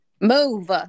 move